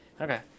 Okay